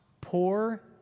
poor